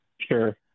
Sure